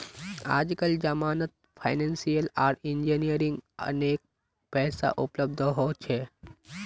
आजकल जमानत फाइनेंसियल आर इंजीनियरिंग अनेक पैसा उपलब्ध हो छे